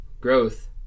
growth